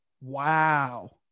Wow